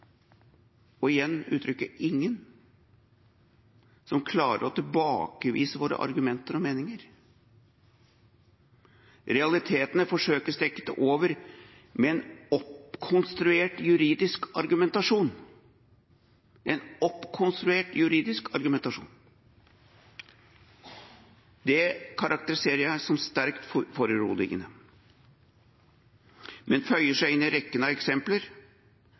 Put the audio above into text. og igjen uttrykker jeg: ingen – som klarer å tilbakevise våre argumenter og meninger. Realitetene forsøkes dekket over med en oppkonstruert juridisk argumentasjon. Det karakteriserer jeg som sterkt foruroligende, men det føyer seg inn i rekken av eksempler